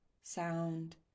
sound